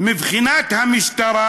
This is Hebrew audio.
"מבחינת המשטרה